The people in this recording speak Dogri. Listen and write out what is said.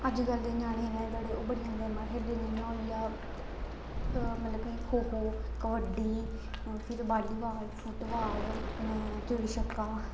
अजकल्ल दे ञ्याणे न जेह्ड़े ओह् बड़ियां गेमां खेलदे जियां होई आ मतलब कि खो खो कबड्डी फिर बालीबाल फुटबाल न चिड़ी छिक्का